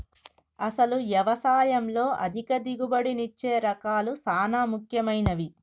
అసలు యవసాయంలో అధిక దిగుబడినిచ్చే రకాలు సాన ముఖ్యమైనవి